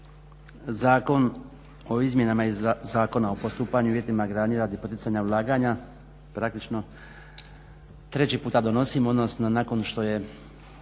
Zakon o izmjenama Zakona o postupanju i uvjetima gradnje radi poticanja ulaganja praktični treći puta donosimo, odnosno nakon što je